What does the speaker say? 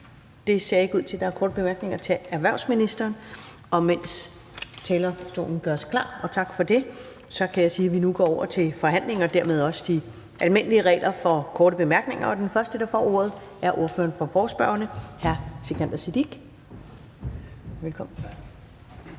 Det ser ikke ud til, at der er korte bemærkninger til erhvervsministeren. Mens talerstolen gøres klar, kan jeg sige, at vi nu går over til forhandlingen og dermed også de almindelige regler for korte bemærkninger, og den første, der får ordet, er ordføreren for forespørgerne, hr. Sikandar Siddique. Velkommen.